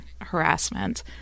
harassment